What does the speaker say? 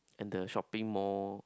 and the shopping mall